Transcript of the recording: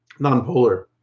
nonpolar